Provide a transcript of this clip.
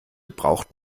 braucht